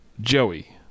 Joey